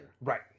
Right